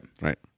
Right